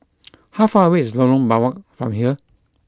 how far away is Lorong Biawak from here